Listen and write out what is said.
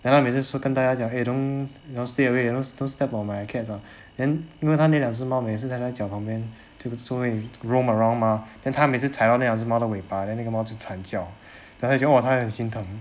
then 她每次说跟它要讲 !hey! don't don't stay away don't don't step on my cats ah then 因为她练两只猫每次来我脚旁边就是都会 roam around mah then 她每次踩到那两只猫的尾巴 then 那只猫就惨叫 then 以前我踩了很心疼